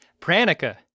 Pranica